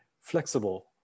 flexible